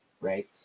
right